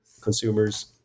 consumers